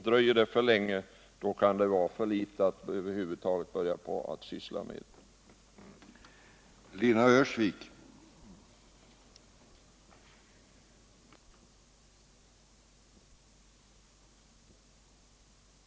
Dröjer det för länge, kan det vara för sent att över huvud taget börja syssla med detta.